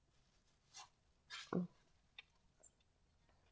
mm